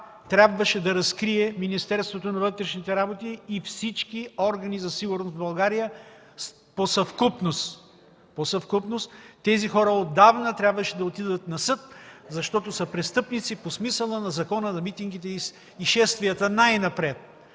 трябваше да разкрие Министерството на вътрешните работи и всички органи за сигурност в България по съвкупност. Тези хора отдавна трябваше да отидат на съд, защото са престъпници по смисъла на Закона за митингите и шествията най-напред.